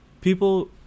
people